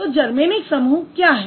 तो जर्मेनिक समूह क्या है